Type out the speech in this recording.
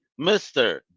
Mr